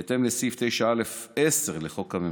בהתאם לסעיף 9(א)(10) לחוק הממשלה,